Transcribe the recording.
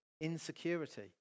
insecurity